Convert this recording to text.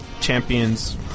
champions